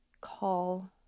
call